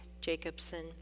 Jacobson